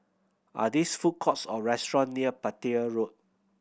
are these food courts or restaurant near Petir Road